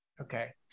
okay